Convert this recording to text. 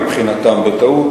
מבחינתם בטעות,